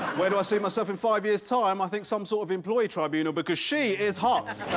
where do i see myself in five years' time? i think some sort of employee tribunal, because she is hot!